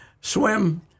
swim